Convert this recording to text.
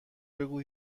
بگو